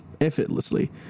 effortlessly